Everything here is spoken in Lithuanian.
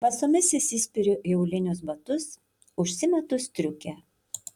basomis įsispiriu į aulinius batus užsimetu striukę